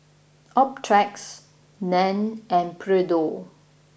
Optrex Nan and Pedro